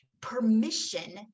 permission